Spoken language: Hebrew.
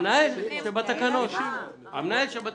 המנהל שבתקנות.